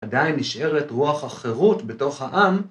‫עדיין נשארת רוח החירות בתוך העם.